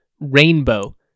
RAINBOW